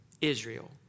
Israel